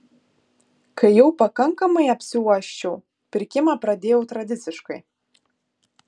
kai jau pakankamai apsiuosčiau pirkimą pradėjau tradiciškai